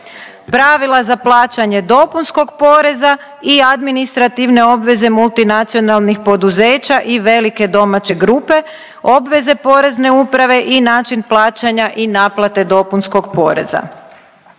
pravila za plaćanje dopunskog poreza i administrativne obveze multinacionalnih poduzeća i velike domaće grupe, obveze Porezne uprave i način plaćanja i naplate dopunskog poreza.